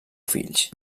fills